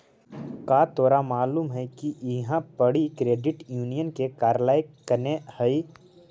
का तोरा मालूम है कि इहाँ पड़ी क्रेडिट यूनियन के कार्यालय कने हई?